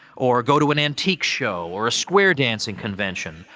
or go to an antique show or a square dancing convention,